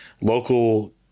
local